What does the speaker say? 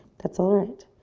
that's all right.